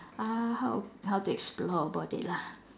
uh how how to explore about it lah